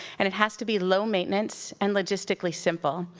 and it has to be low-maintenance, and logistically simple.